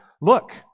look